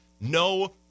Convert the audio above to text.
No